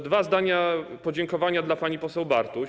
Dwa zdania podziękowania dla pani poseł Bartuś.